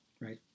right